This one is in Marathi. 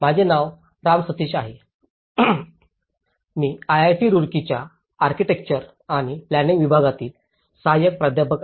माझे नाव राम सतीश आहे आयआयटी रुड़कीच्या आर्किटेक्चर आणि प्लानिंग विभागातील सहाय्यक प्राध्यापक